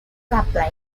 supply